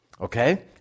Okay